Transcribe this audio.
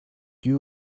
you